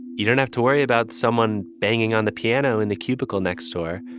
you don't have to worry about someone banging on the piano in the cubicle next door,